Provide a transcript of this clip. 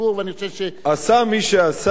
עשה מי שעשה,